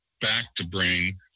back-to-brain